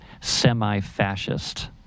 semi-fascist